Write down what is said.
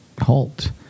halt